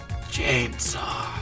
chainsaw